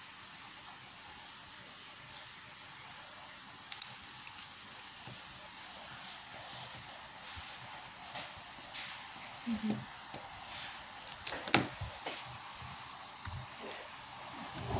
mmhmm